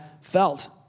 felt